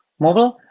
mobile,